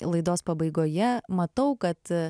laidos pabaigoje matau kad